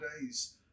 days